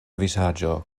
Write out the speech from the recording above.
vizaĝo